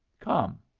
come.